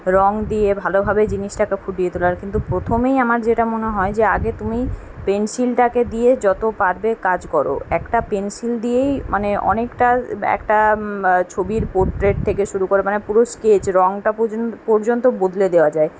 রং দিয়ে ভালোভাবে জিনিসটাকে ফুটিয়ে তোলার কিন্তু প্রথমেই আমার যেটা মনে হয় আগে তুমি পেন্সিলটাকে দিয়ে যতো পারবে কাজ করো একটা পেন্সিল দিয়েই মানে অনেকটা একটা ছবির পোরট্রেট থেকে শুরু করে মানে পুরো স্কেচ রংটা পর্যন্ত বদলে দেওয়া যায়